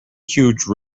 huge